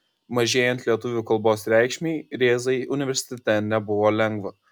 mažėjant lietuvių kalbos reikšmei rėzai universitete nebuvo lengva